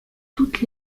toutes